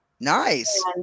Nice